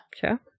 Sure